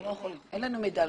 אין לנו מידע.